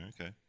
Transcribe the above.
Okay